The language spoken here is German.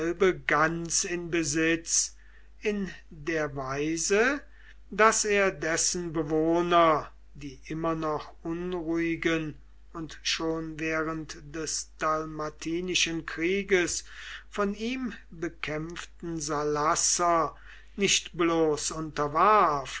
ganz in besitz in der weise daß er dessen bewohner die immer noch unruhigen und schon während des dalmatinischen krieges von ihm bekämpften salasser nicht bloß